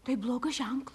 tai blogas ženklas